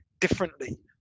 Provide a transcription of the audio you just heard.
differently